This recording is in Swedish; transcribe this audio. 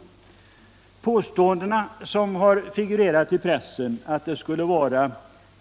att främja sysselsättningen i Borås Påståendena som har figurerat i pressen att det skulle vara